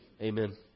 Amen